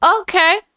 okay